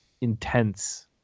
intense